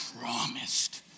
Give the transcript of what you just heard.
promised